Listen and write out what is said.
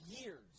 years